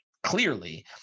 Clearly